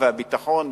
והביטחון,